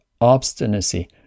obstinacy